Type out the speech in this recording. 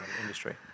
industry